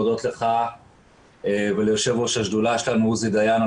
וזו ההזדמנות להודות לך וליושב-ראש השדולה עוזי דיין,